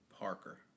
Parker